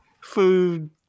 Food